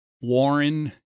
Warren